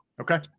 Okay